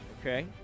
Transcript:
Okay